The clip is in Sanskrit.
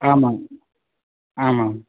आमाम् आमाम्